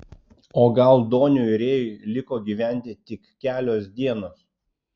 o gal doniui rėjui liko gyventi tik kelios dienos